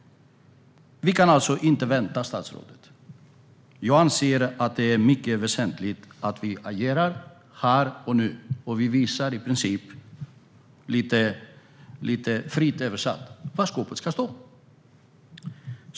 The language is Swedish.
Vi kan alltså inte vänta, statsrådet. Jag anser att det är mycket väsentligt att vi agerar här och nu och i princip visar, lite fritt översatt, var skåpet ska stå.